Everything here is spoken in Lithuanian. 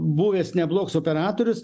buvęs neblogs operatorius